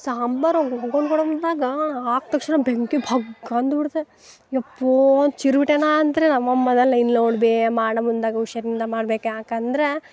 ಸಾಂಬಾರು ಒಗ್ಗರ್ಣೆ ಆದ ತಕ್ಷಣ ಬೆಂಕಿ ಭಗ್ ಅಂದ್ಬಿಡ್ತು ಯಪ್ಪೊಂತ ಚೀರ್ಬಿಟ್ಟೆ ನಂತರ ನಮ್ಮಮ್ಮ ಮಾಡ ಮುಂದಗ ಹುಷಾರಿಂದ ಮಾಡ್ಬೇಕು ಯಾಕಂದ್ರೆ